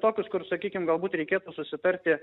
tokius kur sakykim galbūt reikėtų susitarti